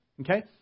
Okay